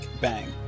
Bang